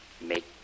Make